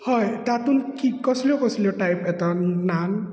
हय तातूंत की कसल्यो कसल्यो टायप येता नान